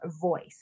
voice